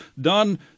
done